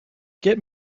get